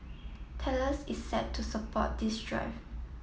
Thales is set to support this drive